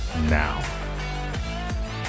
now